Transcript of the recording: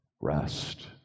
rest